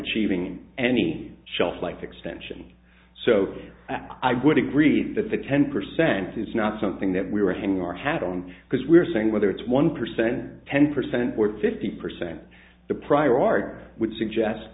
achieving any shelf life extension so i would agree that the ten percent is not something that we were hanging your hat on because we're saying whether it's one percent ten percent or fifty percent the prior art would suggest